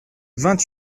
vingt